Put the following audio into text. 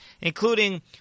including